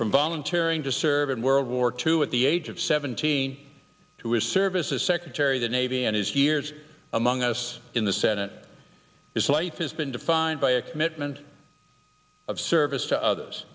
from volunteer in to serve in world war two at the age of seventeen to his services secretary the navy and his years among us in the senate is life has been defined by a commitment of service to others